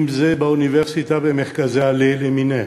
אם זה באוניברסיטה, במרכזי על"ה למיניהם,